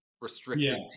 restricted